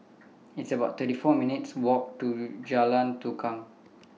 It's about thirty four minutes' Walk to Jalan Tukang